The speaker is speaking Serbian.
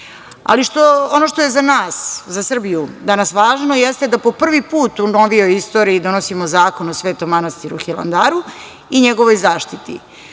Atonskoj. Ono što je za nas, za Srbiju, danas važno jeste da po prvi put u novijoj istoriji donosimo Zakon o Svetom manastiru Hilandaru i njegovoj zaštiti,